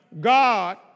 God